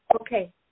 Okay